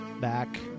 back